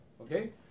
okay